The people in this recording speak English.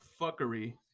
fuckery